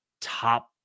top